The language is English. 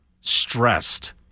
stressed